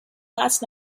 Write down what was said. last